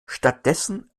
stattdessen